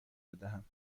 بدهم